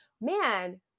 Man